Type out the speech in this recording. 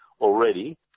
already